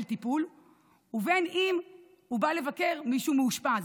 טיפול ובין שהוא בא לבקר מישהו מאושפז.